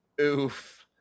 Oof